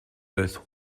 earth